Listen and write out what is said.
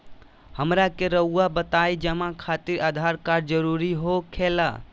हमरा के रहुआ बताएं जमा खातिर आधार कार्ड जरूरी हो खेला?